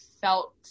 felt